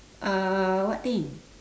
uh what thing